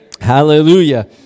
Hallelujah